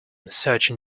searching